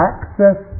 Access